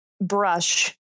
brush